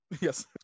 yes